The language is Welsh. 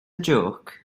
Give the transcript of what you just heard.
jôc